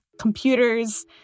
computers